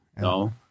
No